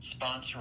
sponsoring